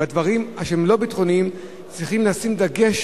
בדברים שהם לא ביטחוניים צריך לשים דגש,